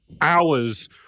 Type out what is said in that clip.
hours